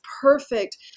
perfect